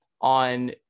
on